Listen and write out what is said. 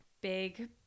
big